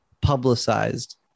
publicized